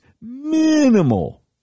minimal